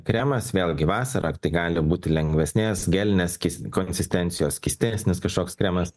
kremas vėlgi vasarą gali būti lengvesnės gelinės konsistencijos skystesnis kažkoks kremas